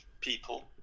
people